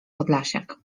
podlasiak